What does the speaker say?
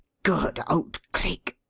good old cleek!